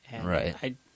right